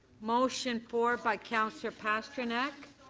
motion four by councillor pasternak.